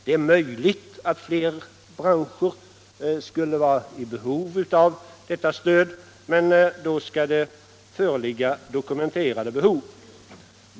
Det är möjligt att fler branscher skulle behöva detta stöd, men då skall det föreligga dokumenterade behov.